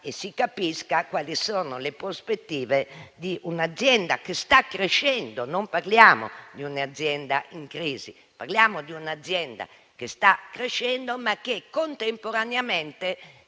e si capisca quali sono le prospettive di un'azienda che sta crescendo. Non parliamo di un'azienda in crisi, ma di un'azienda che sta crescendo, ma che contemporaneamente